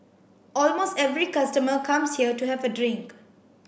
almost every customer comes here to have a drink